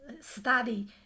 study